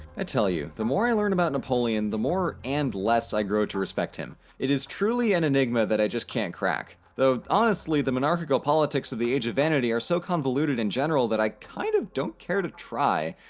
i tell you, the more i learn about napoleon the more and less i grow to respect him. it is truly an enigma that i just can't crack. though honestly, the monarchical politics of the age of vanity are so convoluted in general that i kind of don't care to try,